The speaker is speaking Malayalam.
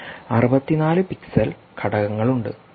64 പിക്സൽ ഘടകങ്ങളുണ്ട്